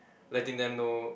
letting them know